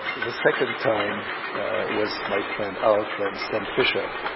the second time was my friend, our friend, sam fisher,